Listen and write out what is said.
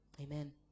Amen